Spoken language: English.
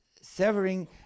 severing